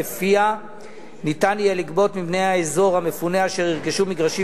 שלפיה ניתן יהיה לגבות מבני האזור המפונה אשר ירכשו מגרשים